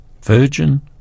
Virgin